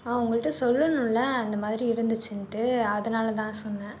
ஆ உங்கள்ட்ட சொல்லணும்ல இந்த மாதிரி இருந்துச்சுன்ட்டு அதனால தான் சொன்னேன்